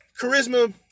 charisma